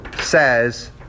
says